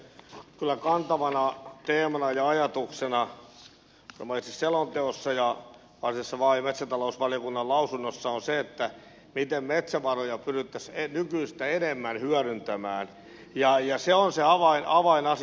kyllä kantavana teemana ja ajatuksena itse selonteossa ja varsinaisessa maa ja metsätalousvaliokunnan lausunnossa on se miten metsävaroja pyrittäisiin nykyistä enemmän hyödyntämään ja se on se avainasia